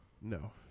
No